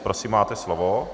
Prosím, máte slovo.